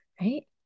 Right